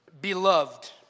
Beloved